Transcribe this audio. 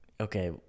okay